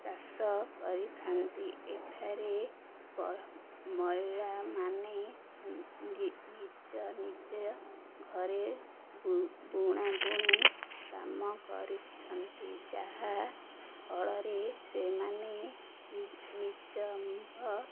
ଚାଷ କରିଥାନ୍ତି ଏଠାରେ ବ ମହିଳାମାନେ ନିଜ ନିଜେ ଘରେ ବୁଣା ବୁଣି କାମ କରିଛନ୍ତି ଯାହା ଫଳରେ ସେମାନେ ନି ନିଜମ୍ଭ